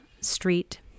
street